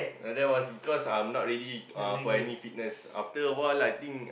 like that was because I'm not ready uh for any fitness after awhile I think